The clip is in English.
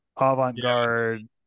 avant-garde